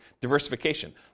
diversification